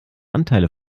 anteile